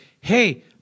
Hey